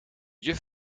juf